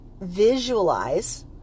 visualize